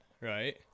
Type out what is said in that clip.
right